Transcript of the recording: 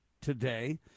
today